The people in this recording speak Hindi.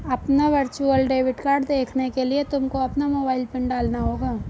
अपना वर्चुअल डेबिट कार्ड देखने के लिए तुमको अपना मोबाइल पिन डालना होगा